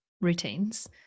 routines